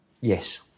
Yes